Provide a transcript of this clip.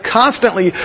constantly